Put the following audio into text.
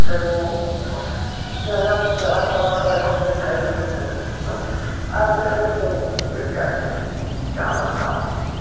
ତେରୁଁ ସ୍ ଯାହା ଯାହା ବ୍ୟବହାର୍ କର୍ବା କଥା କରି କରି ଖାଇ ପିଇକି ତାପରେ ଶୋଇଚୁଁ ଆଉ ଦିନେ ଫିର୍ ଜମିନ୍ ଫିର୍ ଯାଏସୁଁ ଏଇଟା ଆମର୍ କାମ୍ ହଉଛିଁ